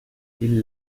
ils